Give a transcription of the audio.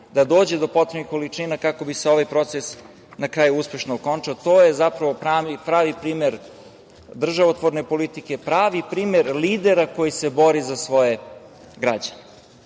da dođu do potrebnih količina kako bi se ovaj proces na kraju uspešno okončao. To je zapravo pravi primer državotvorne politike, pravi primer lidera koji se bori za svoje građane. Inače,